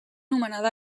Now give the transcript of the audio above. nomenada